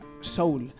soul